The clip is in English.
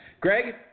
Greg